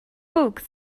books